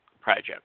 Project